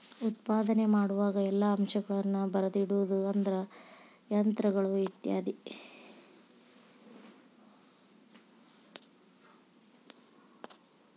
ಉತ್ಪಾದನೆ ಮಾಡುವಾಗ ಎಲ್ಲಾ ಅಂಶಗಳನ್ನ ಬರದಿಡುದು ಅಂದ್ರ ಯಂತ್ರಗಳು ಇತ್ಯಾದಿ